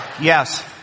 yes